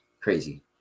crazy